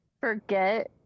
forget